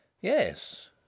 Yes